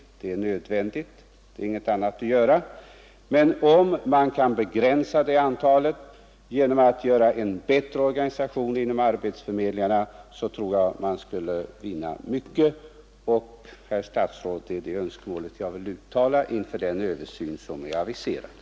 De är nödvändiga, det finns ingenting annat att göra. Men om man kan begränsa antalet beredskapsarbetande genom att åstadkomma en bättre organisation inom arbetsförmedlingarna, tror jag man skulle vinna mycket. Herr statsråd, det är det önskemålet jag vill uttala inför den översyn som aviserats.